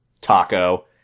Taco